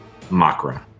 Makra